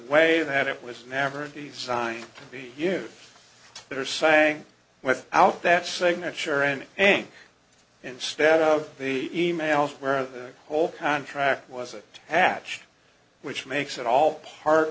way that it was never the sign be you that are saying with out that signature and an instead of the e mails where the whole contract was attached which makes it all part